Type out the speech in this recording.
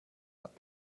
hat